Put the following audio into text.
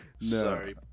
Sorry